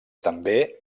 també